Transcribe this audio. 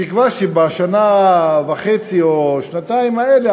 בתקווה שבשנה וחצי או בשנתיים האלה,